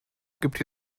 gibt